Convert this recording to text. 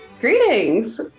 Greetings